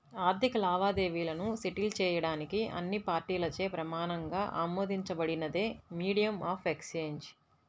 ఆర్థిక లావాదేవీలను సెటిల్ చేయడానికి అన్ని పార్టీలచే ప్రమాణంగా ఆమోదించబడినదే మీడియం ఆఫ్ ఎక్సేంజ్